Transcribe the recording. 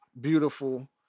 beautiful